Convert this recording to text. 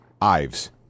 Ives